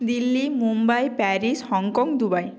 Delhi Mumbai Paris Hong Kong Dubai